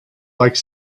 like